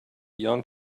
young